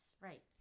right